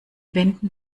wenden